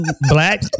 black